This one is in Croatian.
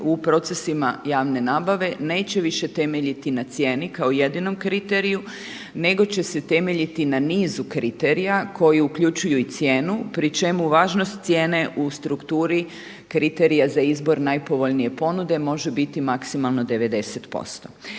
u procesima javne nabave neće više temeljiti na cijeni kao jedinom kriteriju nego će se temeljiti na nizu kriterija koji uključuju i cijenu pri čemu važnost cijene u strukturi kriterija za izbor najpovoljnije ponude može biti maksimalno 90%.